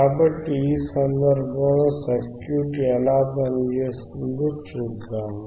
కాబట్టి ఈ ప్రత్యేక సందర్భంలో సర్క్యూట్ ఎలా పనిచేస్తుందో చూద్దాం